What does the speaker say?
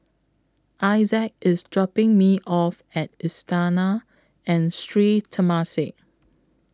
Isaac IS dropping Me off At Istana and Sri Temasek